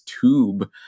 tube